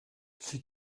she